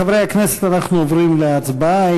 חברי הכנסת, אנחנו עוברים להצבעה.